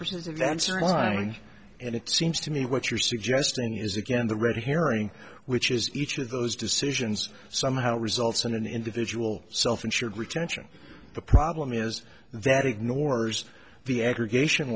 surviving and it seems to me what you're suggesting is again the red herring which is each of those decisions somehow results in an individual self insured retention the problem is that ignores the aggregation